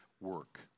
work